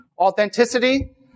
Authenticity